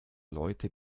leute